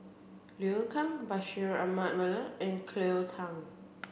Liu Kang Bashir Ahmad Mallal and Cleo Thang